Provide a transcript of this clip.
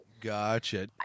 gotcha